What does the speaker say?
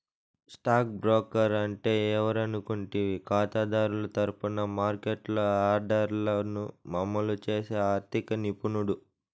stock broker అంటే ఎవరనుకుంటివి కాతాదారుల తరపున మార్కెట్లో ఆర్డర్లను అమలు చేసి ఆర్థిక నిపుణుడు